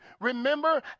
Remember